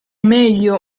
meglio